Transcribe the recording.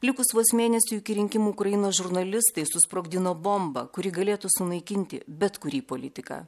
likus vos mėnesiui iki rinkimų ukrainos žurnalistai susprogdino bombą kuri galėtų sunaikinti bet kurį politiką